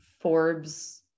Forbes